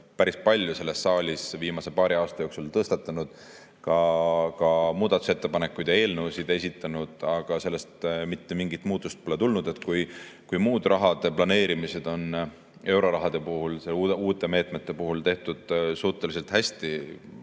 päris palju selles saalis viimase paari aasta jooksul tõstatanud, ka muudatusettepanekuid ja eelnõusid esitanud, aga sellest mitte mingit muutust pole tulnud. Kui muud raha planeerimised on euroraha puhul, uute meetmete puhul tehtud suhteliselt hästi,